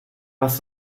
was